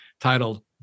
titled